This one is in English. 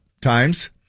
times